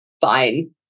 fine